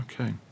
Okay